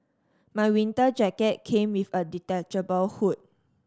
my winter jacket came with a detachable hood